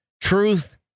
truth